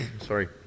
sorry